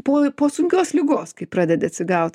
po po sunkios ligos kai pradedi atsigaut